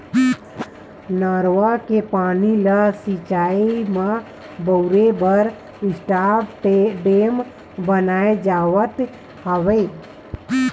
नरूवा के पानी ल सिचई म बउरे बर स्टॉप डेम बनाए जावत हवय